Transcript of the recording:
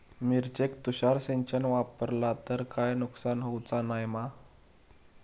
मिरचेक तुषार सिंचन वापरला तर काय नुकसान होऊचा नाय मा?